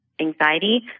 anxiety